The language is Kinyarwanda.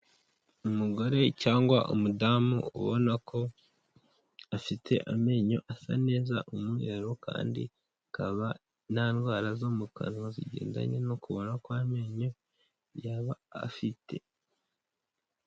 Umugore cyangwa umudamu ubona ko afite amenyo asa neza umweru kandi akaba nta ndwara zo mu kanwa zigendanye no kubora kw'amenyo yaba afite.